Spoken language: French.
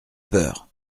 peur